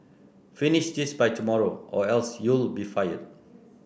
finish this by tomorrow or else you'll be fired